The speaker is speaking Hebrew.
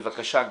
בבקשה,